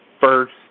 first